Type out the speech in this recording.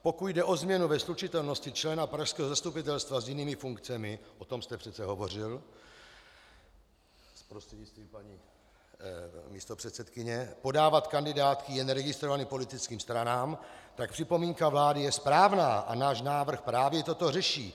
Pokud jde o změnu ve slučitelnosti člena pražského zastupitelstva s jinými funkcemi o tom jste přece hovořil, prostřednictvím paní místopředsedkyně podávat kandidátky jen registrovaným politickým stranám, pak připomínka vlády je správná a náš návrh právě toto řeší.